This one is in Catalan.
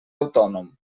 autònom